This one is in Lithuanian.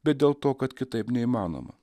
bet dėl to kad kitaip neįmanoma